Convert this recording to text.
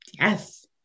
Yes